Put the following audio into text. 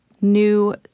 new